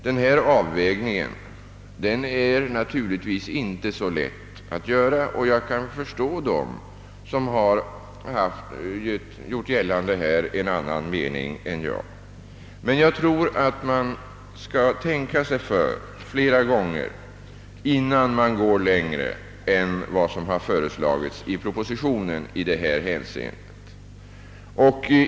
Denna avvägning är naturligtvis inte så lätt att göra, och jag kan förstå dem som här har gjort gällande en annan mening än jag. Men man skall tänka sig för flera gånger innan man går längre än som har föreslagits i propositionen i detta hänseende.